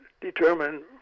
determine